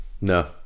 No